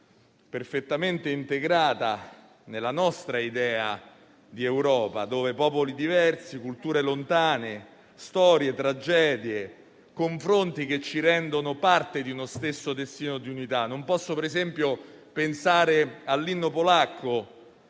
perfettamente integrata nella nostra idea di Europa, dove convivono popoli diversi e culture lontane, storie e tragedie, confronti che ci rendono parte di uno stesso destino di unità. Non posso ad esempio non pensare all'inno polacco,